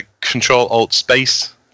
Control-Alt-Space